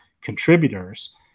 contributors